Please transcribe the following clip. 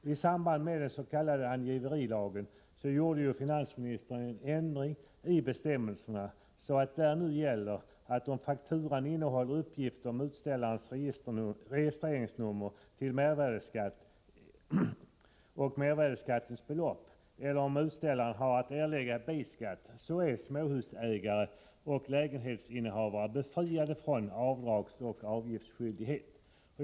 När det gäller den s.k. angiverilagen åstadkom ju finansministern en ändring i bestämmelserna. Således gäller nu att om fakturan innehåller uppgift om utställarens registreringsnummer beträffande mervärdeskatt och mervärdeskattens belopp eller om utställaren har att erlägga B-skatt, är småhusägare och lägenhetsinnehavare befriade från avdragsoch avgiftsskyldighet.